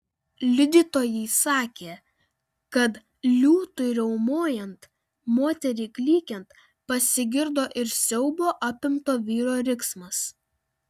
liudytojai sakė kad liūtui riaumojant moteriai klykiant pasigirdo ir siaubo apimto vyro riksmas